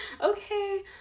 Okay